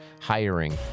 hiring